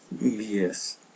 Yes